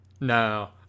No